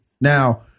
Now